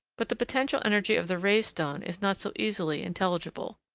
but the potential energy of the raised stone is not so easily intelligible.